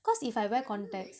cause if I wear contacts